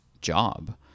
job